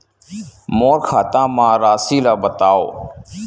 मोर खाता म राशि ल बताओ?